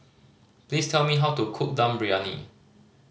please tell me how to cook Dum Briyani